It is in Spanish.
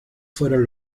fueron